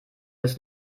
das